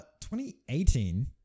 2018